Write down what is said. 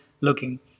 looking